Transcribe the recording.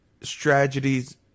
strategies